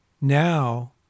now